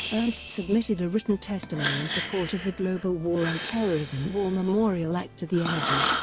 ernst submitted a written testimony in support of the global war on terrorism war memorial act to the energy